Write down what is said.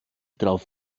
drauf